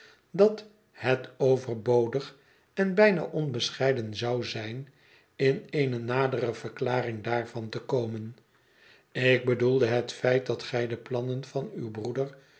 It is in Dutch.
dat het overbodig en bijna onbescheiden zou zijn in eene nadere verklaring daarvan te komen ik bedoelde het feit dat gij de plannen van uw broeder